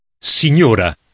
Signora